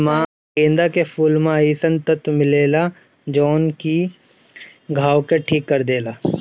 गेंदा के फूल में अइसन तत्व मिलेला जवन की घाव के ठीक कर देला